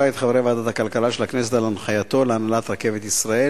את חברי ועדת הכלכלה של הכנסת על הנחייתו להנהלת "רכבת ישראל"